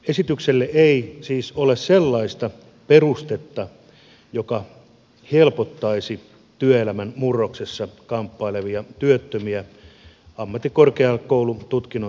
esitykselle ei siis ole sellaista perustetta joka helpottaisi työelämän murroksessa kamppailevia työttömiä ammattikorkeakoulututkinnon suorittaneita työntekijöitä